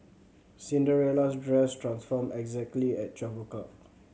Cinderella's dress transformed exactly at twelve o'clock